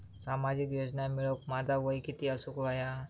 सामाजिक योजना मिळवूक माझा वय किती असूक व्हया?